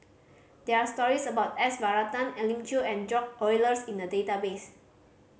there are stories about S Varathan Elim Chew and George Oehlers in the database